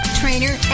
trainer